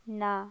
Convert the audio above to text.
না